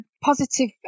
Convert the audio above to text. positive